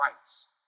rights